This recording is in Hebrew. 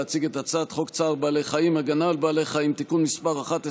להציג את הצעת חוק צער בעלי חיים (הגנה על בעלי חיים) (תיקון מס' 11,